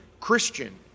Christian